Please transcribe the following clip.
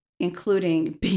including